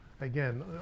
again